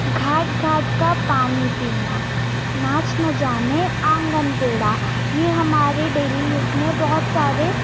घाट घाट का पानी पीना नाच न जाने आंगन टेढ़ा यह हमारे डेली यूज़ में बहुत सारे